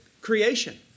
creation